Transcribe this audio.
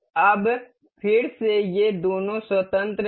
अब फिर से ये दोनों स्वतंत्र हैं